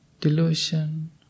delusion